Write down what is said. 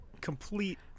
complete